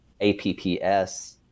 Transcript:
APPS